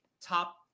top